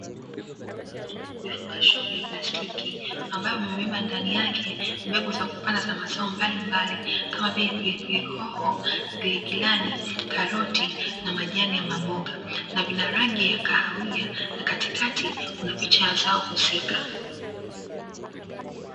Vifungashio vya plastiki ambavyo vimebeba ndani yake mbegu za kupanda za mazao mbalimbali kama vile: pilipili hoho, giligilani, karoti na majani ya maboga; na vina rangi ya kahawia na katikati kuna picha ya zao husika.